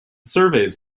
surveys